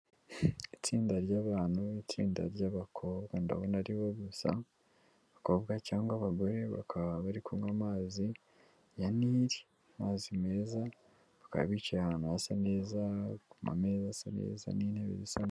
Itsinda ryabantu, itsinda ry'abakobwa, ndabona aribo gusa, abakobwa cyangwa abagore bakaba bari kunywa amazi ya nili, amazi meza bakaba bicaye ahantu hasa neza, ku mameza asa neza n'intebe zisa neza.